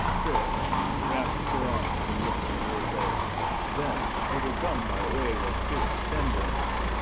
chris grasps her arms and looks into her face then overcome by a wave of fierce tenderness.